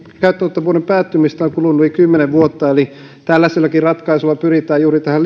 käyttöönottovuoden päättymisestä on kulunut yli kymmenen vuotta eli tällaisellakin ratkaisulla pyritään juuri tähän